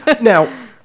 Now